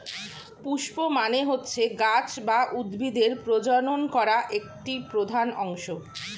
পুস্প মানে হচ্ছে গাছ বা উদ্ভিদের প্রজনন করা একটি প্রধান অংশ